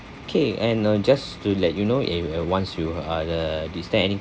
okay and uh just to let you know in advance you are uh is there any